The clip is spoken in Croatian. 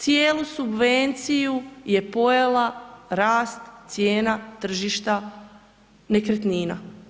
Cijelu subvenciju je pojela rast cijena tržišta nekretnina.